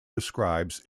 describes